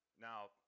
Now